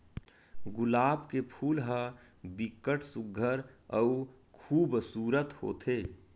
गुलाब के फूल ह बिकट सुग्घर अउ खुबसूरत होथे